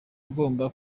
agomba